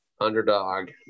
underdog